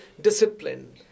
discipline